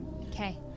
Okay